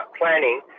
planning